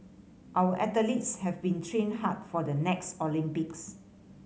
our athletes have been training hard for the next Olympics